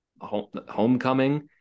homecoming